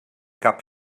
cap